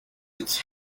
its